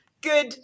good